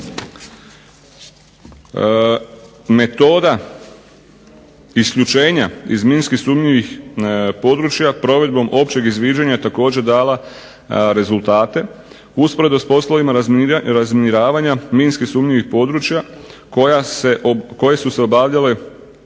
Metoda isključenja iz minski sumnjivih područja provedbom općeg izviđanja također dala rezultate. Usporedo s poslovima razminiravanja minski sumnjivih područja koje su se obavljale